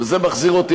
וזה מחזיר אותי,